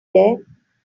there